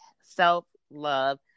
self-love